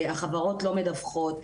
החברות לא מדווחות.